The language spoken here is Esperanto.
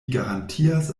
garantias